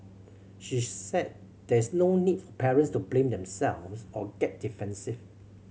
she said there is no need for parents to blame themselves or get defensive